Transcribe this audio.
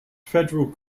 federal